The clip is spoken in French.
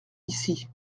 ici